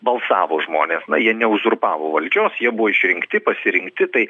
balsavo žmonės na jie ne uzurpavo valdžios jie buvo išrinkti pasirinkti tai